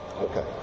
Okay